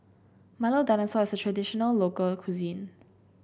Milo Dinosaur is a traditional local cuisine